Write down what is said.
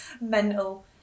mental